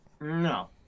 No